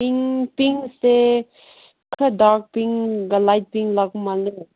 ꯄꯤꯡꯁꯦ ꯈꯔ ꯗꯥꯔ꯭ꯀ ꯄꯤꯡꯒ light pink ꯂꯥꯛꯄ ꯃꯥꯜꯂꯦ